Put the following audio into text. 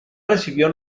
recibió